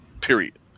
period